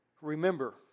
Remember